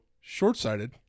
short-sighted